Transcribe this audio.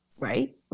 Right